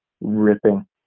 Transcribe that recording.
ripping